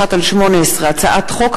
בבקשה גברתי, עד עשר דקות לרשותך.